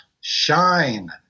Shine